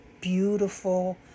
beautiful